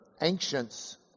ancients